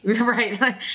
Right